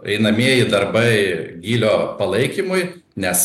einamieji darbai gylio palaikymui nes